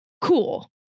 Cool